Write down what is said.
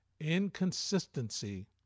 inconsistency